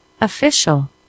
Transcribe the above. Official